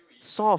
soft